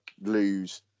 lose